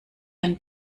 herrn